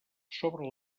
sobre